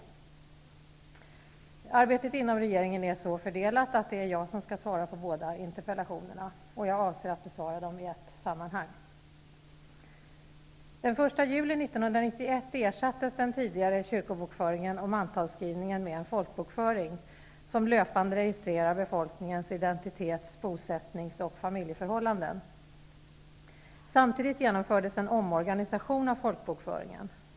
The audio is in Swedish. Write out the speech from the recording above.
Arbetet inom regeringen är så fördelat att det är jag som skall svara på båda interpellationerna. Jag avser att besvara dem i ett sammanhang. Den 1 juli 1991 ersattes den tidigare kyrkobokföringen och mantalsskrivningen med en folkbokföring, som löpande registrerar befolkningens identitets-, bosättnings och familjeförhållanden. Samtidigt genomfördes en omorganisation av folkbokföringen.